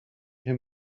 him